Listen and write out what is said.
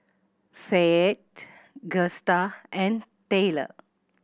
Fayette Gusta and Tayler